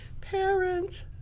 parents